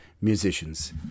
musicians